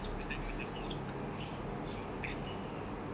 tak suka sayur tapi suka earth so mesti